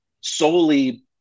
solely